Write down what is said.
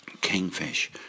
Kingfish